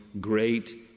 Great